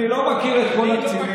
אני לא מכיר את כל הקצינים,